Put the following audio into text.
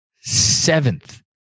seventh